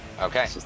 Okay